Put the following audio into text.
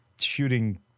shooting